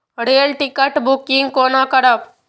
Rail ticket booking कोना करब?